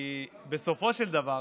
כי בסופו של דבר,